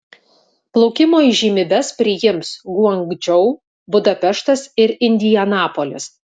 plaukimo įžymybes priims guangdžou budapeštas ir indianapolis